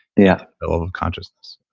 yeah. level of consciousness.